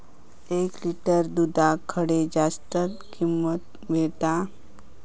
एक लिटर दूधाक खडे जास्त किंमत मिळात?